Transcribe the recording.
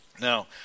Now